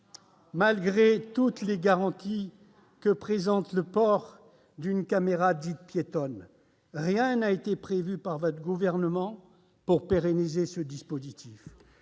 malgré toutes les garanties que présente le port d'une caméra dite « piétonne », rien n'a été prévu par votre gouvernement pour pérenniser ce dispositif.